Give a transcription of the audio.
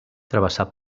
travessar